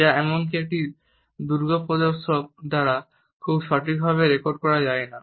যা এমনকি একটি দুর্গ প্রদর্শক দ্বারা খুব সঠিকভাবে রেকর্ড করা যায় না